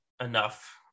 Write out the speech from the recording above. enough